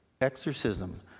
exorcism